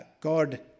God